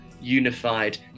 unified